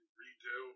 redo